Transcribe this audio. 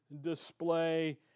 display